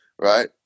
right